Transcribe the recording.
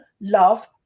love